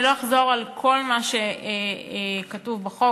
אני לא אחזור על כל מה שכתוב בחוק,